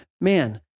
Man